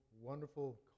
wonderful